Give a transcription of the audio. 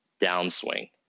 downswing